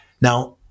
Now